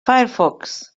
firefox